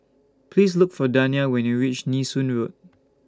Please Look For Dania when YOU REACH Nee Soon Road